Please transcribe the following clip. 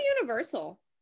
Universal